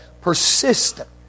Persistent